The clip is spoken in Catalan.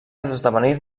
esdevenir